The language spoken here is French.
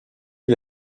est